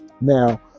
Now